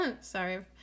Sorry